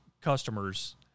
customers